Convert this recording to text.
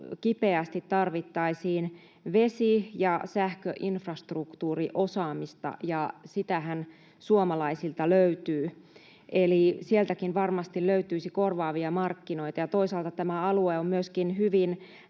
kipeästi tarvittaisiin vesi- ja sähköinfrastruktuuriosaamista, ja sitähän suomalaisilta löytyy. Eli sieltäkin varmasti löytyisi korvaavia markkinoita. Ja toisaalta tämä alue on myöskin hyvin